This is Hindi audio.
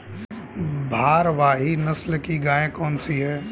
भारवाही नस्ल की गायें कौन सी हैं?